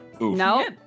no